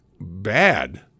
bad